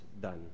done